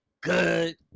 Good